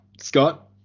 Scott